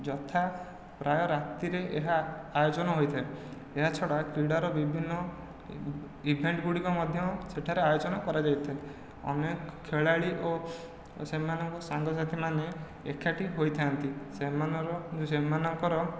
ଯଥା ପ୍ରାୟ ରାତିରେ ଏହା ଆୟୋଜନ ହୋଇଥାଏ ଏହା ଛଡ଼ା କ୍ରୀଡ଼ାର ବିଭିନ୍ନ ଇଭେଣ୍ଟ ଗୁଡିକ ମଧ୍ୟ ସେଠାରେ ଆୟୋଜନ କରାଯାଇଥାଏ ଅନେକ ଖେଳାଳି ଓ ସେମାନଙ୍କ ସାଙ୍ଗ ସାଥି ମାନେ ଏକାଠି ହୋଇଥାନ୍ତି ସେମାନଙ୍କର ସେମାନଙ୍କର